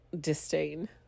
disdain